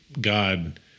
God